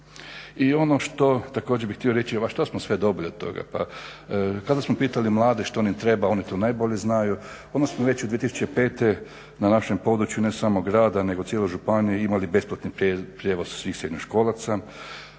I ono što također bih htio reći, što smo sve dobili od toga. Pa kada smo pitali mlade što im treba, oni to najbolje znaju, onda smo već 2005. na našem području ne samo grada nego cijele županije imali besplatni prijevoz svih srednjoškolaca,